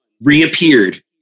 reappeared